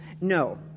No